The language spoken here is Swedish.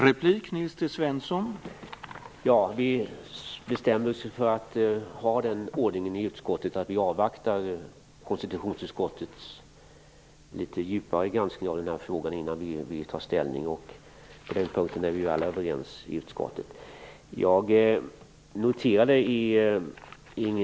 Herr talman! Vi bestämde oss för att ha den ordningen i utskottet att avvakta konstitutionsutskottets litet djupare granskning i frågan innan vi tar ställning. På den punkten är vi alla överens i utskottet.